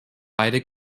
beide